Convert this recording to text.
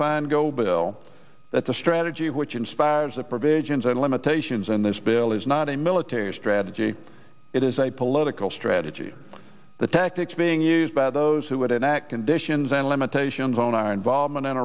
fan go bill that the strategy which inspires the provisions and limitations in this bill is not a military strategy it is a political strategy the tactics being used by those who would enact conditions and limitations on our involvement in